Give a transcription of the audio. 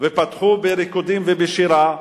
ופתחו בריקודים ובשירה,